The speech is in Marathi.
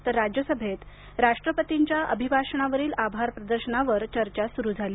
तर राज्यसभेत राष्ट्रपतींच्या अभिभाषणावरील आभारप्रदर्शनावर चर्चा झाली